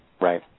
Right